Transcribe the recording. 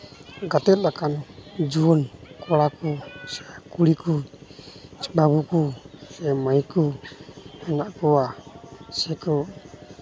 ᱜᱟᱛᱮᱜ ᱞᱮᱠᱟᱱ ᱡᱩᱣᱟᱹᱱ ᱠᱚᱲᱟ ᱠᱚ ᱠᱩᱲᱤ ᱠᱚ ᱵᱟᱹᱵᱩ ᱠᱚ ᱥᱮ ᱢᱟᱹᱭ ᱠᱚ ᱦᱮᱱᱟᱜ ᱠᱚᱣᱟ ᱥᱮᱠᱚ